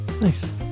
Nice